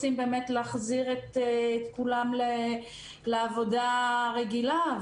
רוצים באמת להחזיר את כולם לעבודה רגילה,